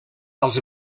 als